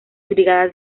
brigadas